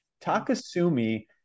Takasumi